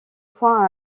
point